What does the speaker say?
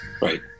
Right